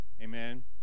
Amen